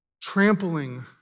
trampling